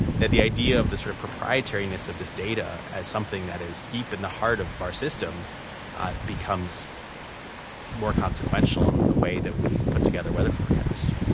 that the idea of this sort of proprietariness of this data as something that is deep in the heart of our system becomes more consequential in the way that we put together weather forecasts